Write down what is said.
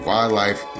Wildlife